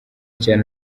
cyane